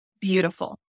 Beautiful